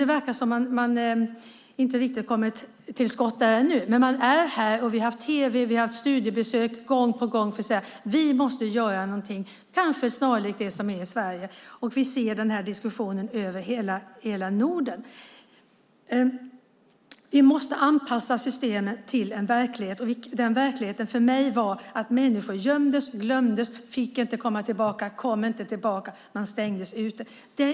Det verkar som om man inte riktigt har kommit till skott där ännu, men vi har haft tv och studiebesök här gång på gång. De säger att de måste göra någonting, kanske snarlikt det som vi gjort i Sverige. Vi ser denna diskussion över hela Norden. Vi måste anpassa systemet till verkligheten, och den verkligheten var för mig att människor gömdes och glömdes. De fick inte komma tillbaka utan stängdes ute.